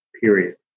period